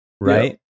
right